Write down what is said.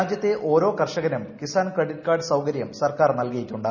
രാജ്യത്തെ ഓരോ കർഷകർക്കും കിസാൻ ക്രെഡിറ്റ് കാർഡ് സൌകര്യം സർക്കാർ നൽകിയിട്ടുണ്ട്